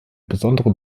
besondere